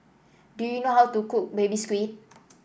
do you know how to cook Baby Squid